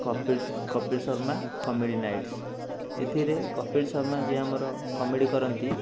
Kapil Kapil Sharma comedy nights ଏଥିରେ କପିଲ୍ ଶର୍ମା ଯିଏ ଆମର କମେଡ଼ି କରନ୍ତି